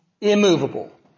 immovable